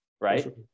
right